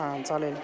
हां चालेल